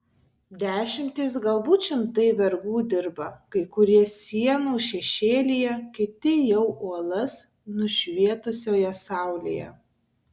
dešimtys galbūt šimtai vergų dirba kai kurie sienų šešėlyje kiti jau uolas nušvietusioje saulėje